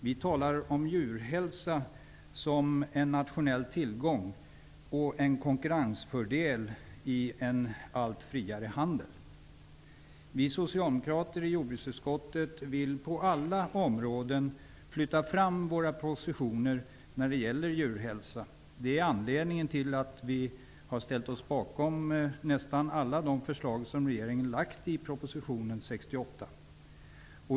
Vi talar om djurhälsa som en nationell tillgång och en konkurrensfördel i en allt friare handel. Vi socialdemokrater i jordbruksutskottet vill på alla områden flytta fram våra positioner när det gäller djurhälsa. Det är anledningen till att vi har ställt oss bakom nästan alla de förslag som regeringen framlagt i proposition nr 68.